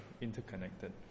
interconnected